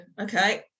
okay